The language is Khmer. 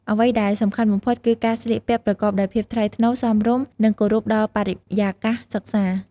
អ្វីដែលសំខាន់បំផុតគឺការស្លៀកពាក់ប្រកបដោយភាពថ្លៃថ្នូរ សមរម្យ និងគោរពដល់បរិយាកាសសិក្សា។